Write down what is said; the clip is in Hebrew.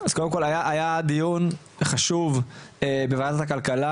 אז קודם כל היה דיון חשוב מאוד בוועדת הכלכלה,